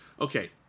okay